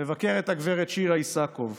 לבקר את הגב' שירה איסקוב.